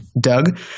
Doug